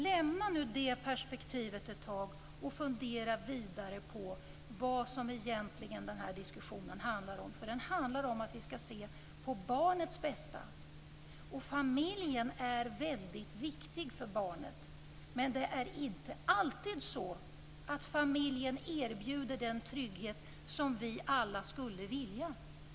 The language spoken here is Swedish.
Lämna nu det perspektivet ett tag och fundera vidare på vad den här diskussionen egentligen handlar om. Den handlar om att vi skall se på barnet bästa. Familjen är väldigt viktig för barnet. Men det är inte alltid så att familjen erbjuder den trygghet som vi alla skulle vilja.